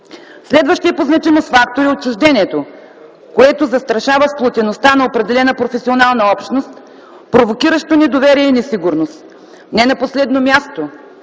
Следващият по значимост фактор е отчуждението, което застрашава сплотеността на определена професионална общност, провокиращо недоверие и несигурност. Не на последно място